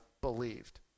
believed